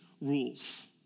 rules